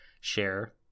share